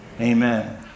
amen